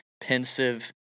pensive